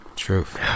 truth